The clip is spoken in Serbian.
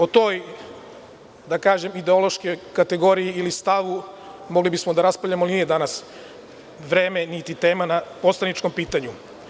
O toj ideološkoj kategoriji ili stavu mogli bismo da raspravljamo, ali nije danas vreme niti tema na poslaničkom pitanju.